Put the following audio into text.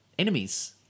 Enemies